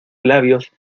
labios